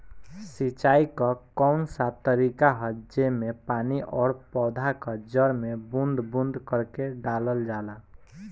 सिंचाई क कउन सा तरीका ह जेम्मे पानी और पौधा क जड़ में बूंद बूंद करके डालल जाला?